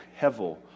hevel